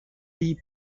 deep